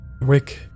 Rick